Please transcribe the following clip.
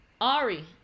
Ari